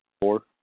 Four